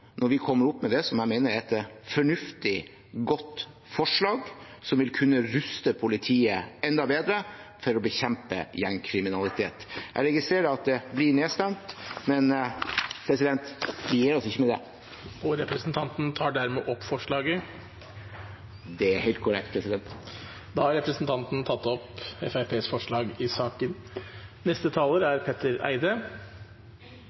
når vi kommer opp med det jeg mener er et fornuftig, godt forslag som vil kunne ruste politiet enda bedre til å bekjempe gjengkriminalitet. Jeg registrerer at det blir nedstemt, men vi gir oss ikke med det. Jeg tar opp forslaget fra Fremskrittspartiet. Representanten Per-Willy Amundsen har tatt opp det forslaget han refererte til. Stortinget har i